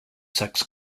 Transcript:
sex